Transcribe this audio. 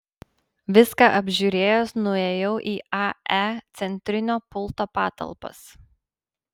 viską apžiūrėjęs nuėjau į ae centrinio pulto patalpas